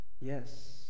yes